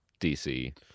DC